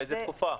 לאיזו תקופה?